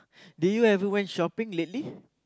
do you ever went shopping lately